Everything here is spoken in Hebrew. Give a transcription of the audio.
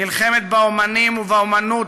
נלחמת באמנים ובאמנות,